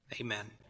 amen